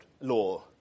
law